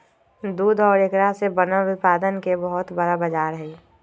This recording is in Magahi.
दूध और एकरा से बनल उत्पादन के बहुत बड़ा बाजार हई